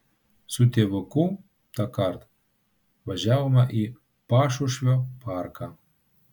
su tėvuku tąkart važiavome į pašušvio parką